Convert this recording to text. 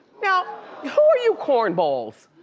now who are you cornballs?